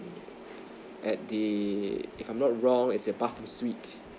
at the I'm not wrong it's the bathroom suite